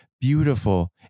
beautiful